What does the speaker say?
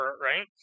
right